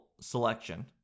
selection